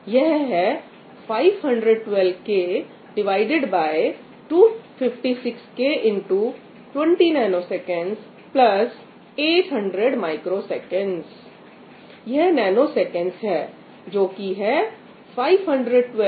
यह है 512K256K x 20ns 800µs यह नैनोसेकेंड्स है जोकि है 512K5120µs800µs